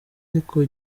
ariko